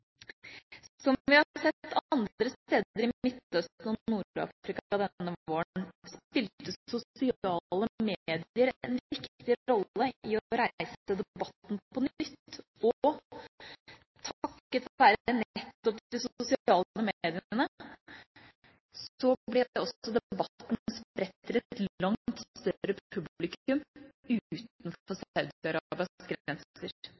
Som vi har sett andre steder i Midtøsten og Nord-Afrika denne våren, spilte sosiale medier en viktig rolle i å reise debatten på nytt – og takket være nettopp de sosiale mediene, ble også debatten spredt til et langt større publikum utenfor